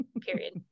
Period